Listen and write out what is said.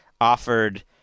offered